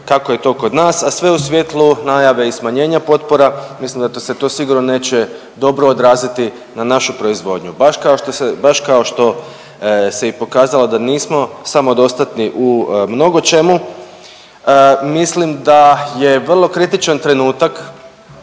kako je to kod nas, a sve u svjetlu najave i smanjenja potpora. Mislim da se to sigurno neće dobro odraziti na našu proizvodnju baš kao se, baš kao što se i pokazalo da nismo samodostatni u mnogo čemu. Mislim da je vrlo kritičan trenutak